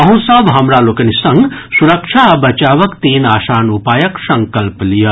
अहूँ सभ हमरा लोकनि संग सुरक्षा आ बचावक तीन आसान उपायक संकल्प लियऽ